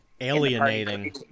alienating